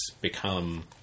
become